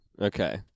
okay